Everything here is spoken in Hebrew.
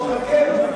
חכה,